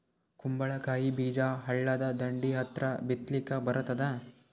ಕುಂಬಳಕಾಯಿ ಬೀಜ ಹಳ್ಳದ ದಂಡಿ ಹತ್ರಾ ಬಿತ್ಲಿಕ ಬರತಾದ?